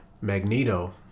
Magneto